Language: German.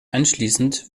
anschließend